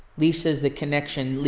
lisa is the connection.